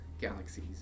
galaxies